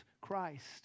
Christ